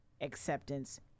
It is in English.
acceptance